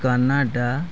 Canada